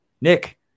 Nick